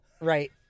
Right